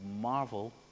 marvel